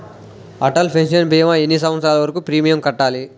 Atal pension భీమా ఎన్ని సంవత్సరాలు వరకు ప్రీమియం కట్టాలి?